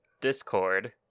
Discord